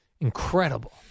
Incredible